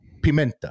Pimenta